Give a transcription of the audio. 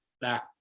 back